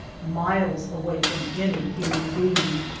miles away from any human being.